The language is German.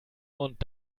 und